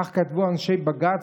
כך כתבו אנשי בג"ץ,